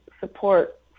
support